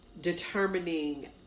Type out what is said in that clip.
determining